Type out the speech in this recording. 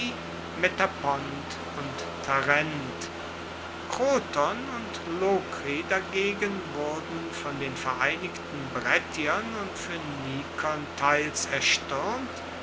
metapont und tarent kroton und lokri dagegen wurden von den vereinigten brettiern und phoenikern teils erstuermt